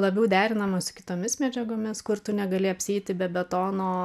labiau derinamas su kitomis medžiagomis kur tu negali apsieiti be betono